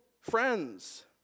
friends